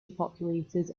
depopulated